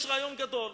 יש רעיון גדול.